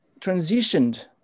transitioned